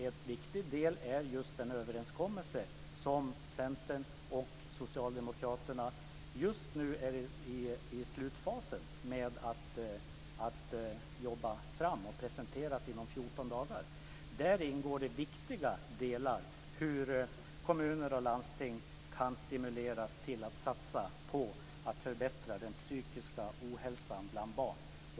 En viktig del är den överenskommelse som Centern och Socialdemokraterna är i slutfasen av att jobba fram för att presenteras inom 14 dagar. Där ingår det viktiga delar, dvs. hur kommuner och landsting kan stimuleras till att satsa på att förbättra den psykiska ohälsan bland barn.